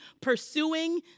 pursuing